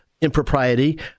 impropriety